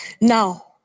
Now